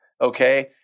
okay